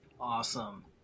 Awesome